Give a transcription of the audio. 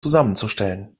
zusammenzustellen